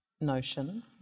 notion